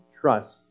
trust